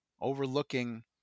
overlooking